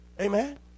amen